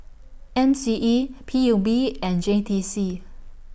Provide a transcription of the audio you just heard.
M C E P U B and J T C